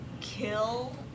Kill